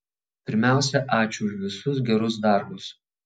pirmiausia ačiū už visus gerus darbus